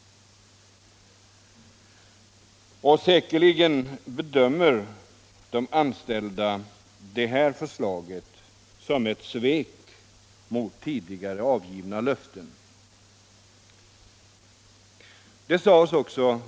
Säkerligen bedömer de anställda det här förslaget som ett svek mot tidigare givna löften.